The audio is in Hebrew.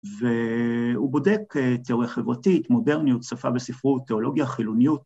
‫והוא בודק תיאוריה חברתית, ‫מודרניות, שפה בספרות, תיאולוגיה, חילוניות.